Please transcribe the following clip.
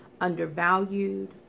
undervalued